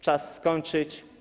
Czas skończyć.